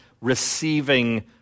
receiving